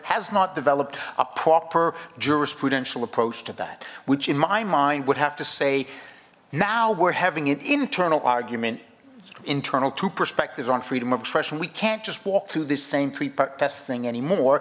has not developed a proper juris prudential approach to that which in my mind would have to say now we're having an internal argument internal two perspectives on freedom of expression we can't just walk through this same t